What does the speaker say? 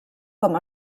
com